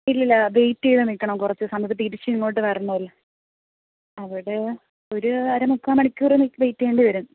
ഇല്ലില്ല വേയ്റ്റേ ചെയ്ത് നിൽക്കണം കുറച്ച് സമയം തിരിച്ചിങ്ങോട്ട് വരണമല്ലോ അവിടെ ഒര് അര മുക്കാൽ മണിക്കൂറ് നിൽക്ക് വേയ്റ്റേ ചെയ്യേണ്ടി വരും